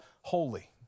holy